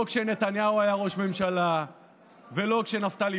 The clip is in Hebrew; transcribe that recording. לא כשנתניהו היה ראש ממשלה ולא כשנפתלי